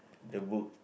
the book